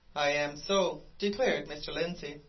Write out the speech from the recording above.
i am so! declared mr. lindsey.